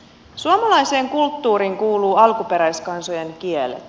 suomalaiseen kulttuuriin kuuluvat alkuperäiskansojen kielet